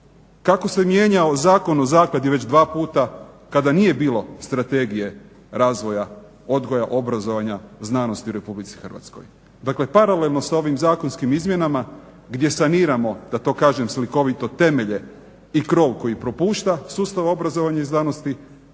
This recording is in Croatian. Kako se mijenjao Zakon o zakladi već dva puta kada nije bilo Strategije razvoja odgoja, obrazovanja i znanosti u RH? Dakle, paralelno s ovim zakonskim izmjenama gdje saniramo da to kažem slikovito temelje i krov koji propušta sustav obrazovanja i znanosti